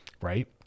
right